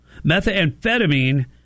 methamphetamine